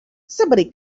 somebody